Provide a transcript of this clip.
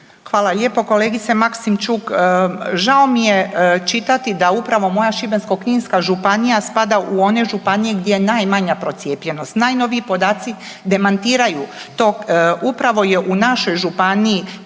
Hvala lijepo kolegice Maksimčuk. Žao mi je čitati da upravo moja Šibensko-kninska županija spada u one županije gdje je najmanja procijepljenost. Najnoviji podaci demantiraju to, upravo je u našoj županiji